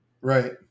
right